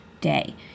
day